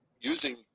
using